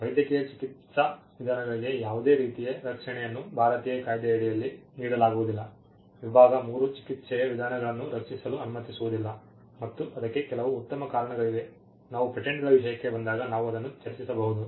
ವೈದ್ಯಕೀಯ ಚಿಕಿತ್ಸಾ ವಿಧಾನಗಳಿಗೆ ಯಾವುದೇ ರೀತಿಯ ರಕ್ಷಣೆಯನ್ನು ಭಾರತೀಯ ಕಾಯ್ದೆಯಡಿಯಲ್ಲಿ ನೀಡಲಾಗುವುದಿಲ್ಲ ವಿಭಾಗ 3 ಚಿಕಿತ್ಸೆಯ ವಿಧಾನಗಳನ್ನು ರಕ್ಷಿಸಲು ಅನುಮತಿಸುವುದಿಲ್ಲ ಮತ್ತು ಅದಕ್ಕೆ ಕೆಲವು ಉತ್ತಮ ಕಾರಣಗಳಿವೆ ನಾವು ಪೇಟೆಂಟ್ಗಳ ವಿಷಯಕ್ಕೆ ಬಂದಾಗ ನಾವು ಅದನ್ನು ಚರ್ಚಿಸಬಹುದು